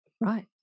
Right